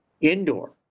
indoor